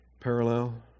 parallel